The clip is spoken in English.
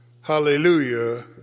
hallelujah